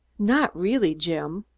not really, jim?